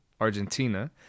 Argentina